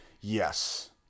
Yes